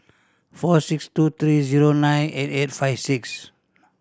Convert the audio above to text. four six two three zero nine eight eight five six